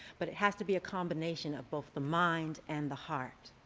but it has to be a combination of both the mind and the heart,